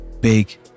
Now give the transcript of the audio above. big